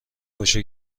پاشو